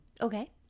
Okay